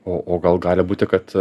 o o gal gali būti kad